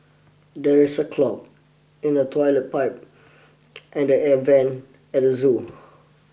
there is a clog in the toilet pipe and the air vent at the zoo